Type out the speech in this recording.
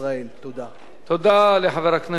תודה לחבר הכנסת ניצן הורוביץ.